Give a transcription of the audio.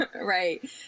Right